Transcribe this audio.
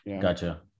Gotcha